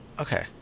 okay